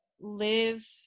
live